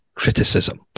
criticism